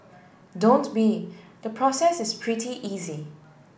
don't be the process is pretty easy